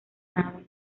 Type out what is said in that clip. nada